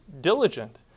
diligent